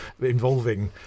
involving